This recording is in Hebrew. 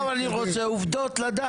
לא, אבל אני רוצה עובדות לדעת.